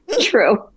True